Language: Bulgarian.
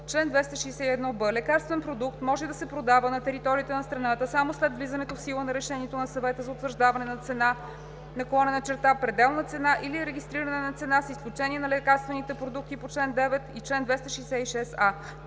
„Чл. 261б. Лекарствен продукт може да се продава на територията на страната само след влизането в сила на решението на съвета за утвърждаване на цена/пределна цена или регистриране на цена, с изключение на лекарствените продукти по чл. 9 и чл. 266а.